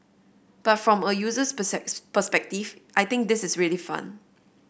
but from a user's perspective I think this is really fun